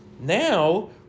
Now